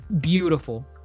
beautiful